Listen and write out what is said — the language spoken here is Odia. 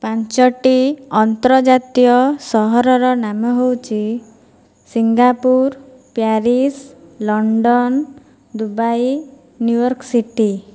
ପାଞ୍ଚଟି ଅନ୍ତର୍ଜାତୀୟ ସହରର ନାମ ହେଉଛି Singapore Paris London Dubai New York city